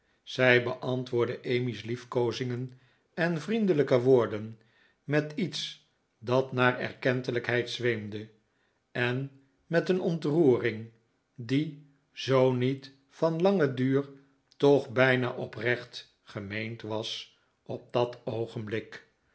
zij beantwoordde emmy's lief koozingen p p en vriendelijke woorden met iets dat naar erkentelijkheid zweemde en met een p ontroering die zoo niet van langen duur toch bijna oprecht gemeend was op oa oaoa oa od dat